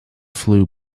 flue